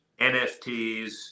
NFTs